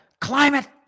climate